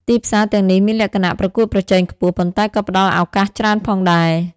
ទីផ្សារទាំងនេះមានលក្ខណៈប្រកួតប្រជែងខ្ពស់ ប៉ុន្តែក៏ផ្តល់ឱកាសច្រើនផងដែរ។